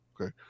Okay